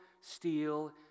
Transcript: steal